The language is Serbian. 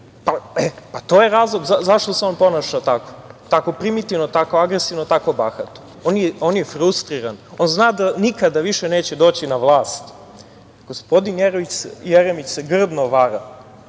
To je razlog zašto se on ponaša tako, tako primitivno, tako agresivno, tako bahato. On je frustriran. On zna da nikada više neće doći na vlast. Gospodin Jeremić se grdno